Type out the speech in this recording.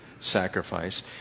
sacrifice